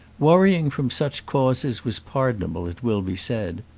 worrying from such causes was pardonable it will be said.